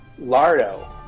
lardo